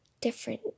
different